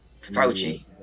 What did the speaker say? Fauci